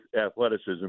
athleticism